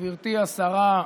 גברתי השרה,